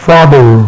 Father